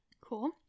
cool